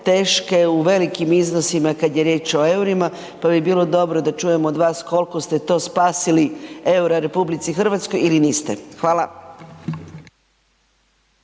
teške u velikim iznosima kad je riječ o EUR-ima, pa bi bilo dobro da čujemo od vas kolko ste to spasili EUR-a RH ili niste. Hvala.